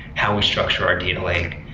how we structure our data lake?